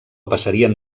passarien